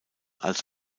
als